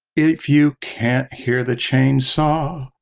if you can't hear the chainsaw,